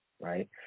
Right